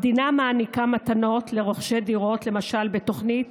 המדינה מעניקה סיוע לרוכשי דירות, למשל בתוכנית